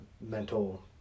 mental